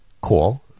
Call